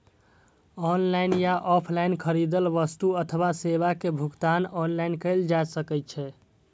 online या offline खरीदल वस्तु अथवा सेवा के भुगतान ऑनलाइन कैल जा सकैछ